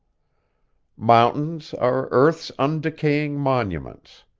mountains are earth's undecaying monuments.